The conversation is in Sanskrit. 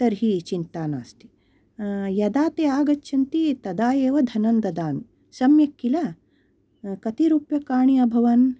तर्हि चिन्ता नास्ति यदा ते आगच्छन्ति तदा एव धनं ददामि सम्यक् किल कति रुप्यकाणि अभवन्